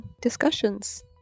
discussions